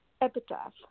Epitaph